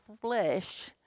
flesh